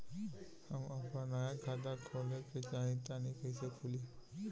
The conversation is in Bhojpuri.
हम आपन नया खाता खोले के चाह तानि कइसे खुलि?